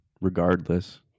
regardless